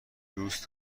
دوست